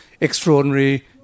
extraordinary